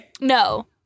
No